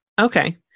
Okay